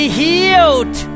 healed